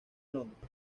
londres